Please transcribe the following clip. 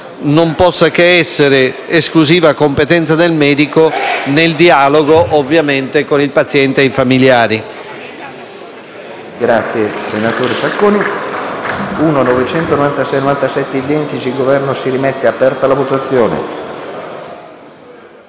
non possa che esservi l'esclusiva competenza del medico nel dialogo ovviamente con il paziente ed i famigliari.